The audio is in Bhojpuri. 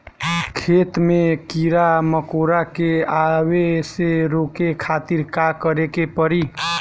खेत मे कीड़ा मकोरा के आवे से रोके खातिर का करे के पड़ी?